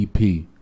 EP